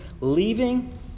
leaving